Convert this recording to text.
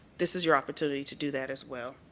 this is your opportunity to do that as well.